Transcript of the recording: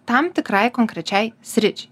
tam tikrai konkrečiai sričiai